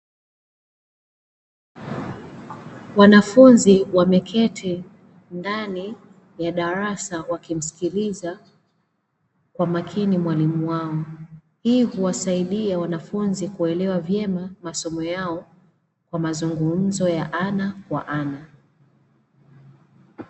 Wanafunzi wameketi ndani ya darasa wakimsikiliza kwa makini mwalimu wao, hii huwasaidia wanafunzi kuelewa vyema masomo yao kwa mazungumzo ya ana kwa ana.